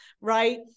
right